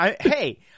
Hey